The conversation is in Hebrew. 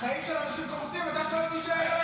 החיים של אנשים קורסים, ואתה שואל אותי שאלות.